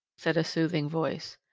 said a soothing voice.